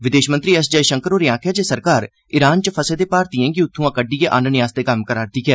विदेश मंत्री एस जयशंकर होरें आक्खेआ ऐ जे सरकार इरन च फसे दे भारतीयें गी उत्थुआं कड्डियै आहनने लेई कम्म करा'रदी ऐ